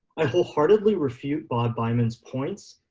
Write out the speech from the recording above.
i wholeheartedly refute bob bivens points,